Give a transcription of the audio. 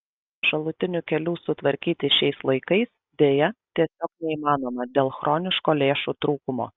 šalutinių kelių sutvarkyti šiais laikais deja tiesiog neįmanoma dėl chroniško lėšų trūkumo